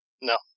No